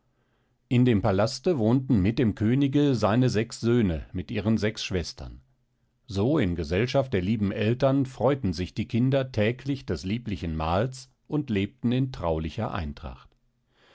in dem palaste wohnten mit dem könige seine sechs söhne mit ihren sechs schwestern so in gesellschaft der lieben eltern freuten sich die kinder täglich des lieblichen mahls und lebten in traulicher eintracht